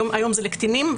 היום זה לקטינים,